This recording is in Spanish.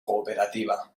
cooperativa